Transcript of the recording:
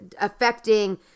affecting